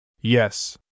Yes